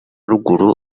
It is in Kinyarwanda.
ruguru